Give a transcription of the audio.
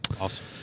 Awesome